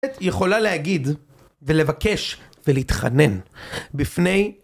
יכולה להגיד, ולבקש, ולהתחנן, בפני ...